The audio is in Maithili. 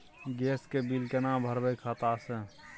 गैस के बिल केना भरबै खाता से?